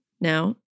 now